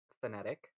phonetic